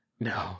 No